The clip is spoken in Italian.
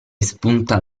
spunta